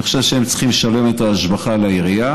אני חושב שהם צריכים לשלם את ההשבחה לעירייה.